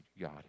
God